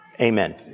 Amen